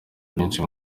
byinshi